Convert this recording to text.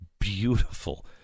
beautiful